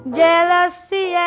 jealousy